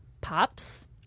Pops